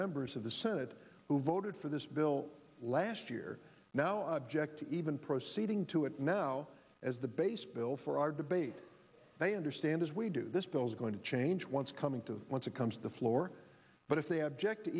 members of the senate who voted for this bill last year now object even proceeding to it now as the base bill for our debate they understand as we do this bill is going to change once coming to once it comes to the floor but if they object to